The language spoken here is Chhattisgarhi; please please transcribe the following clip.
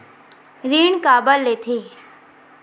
ऋण काबर लेथे?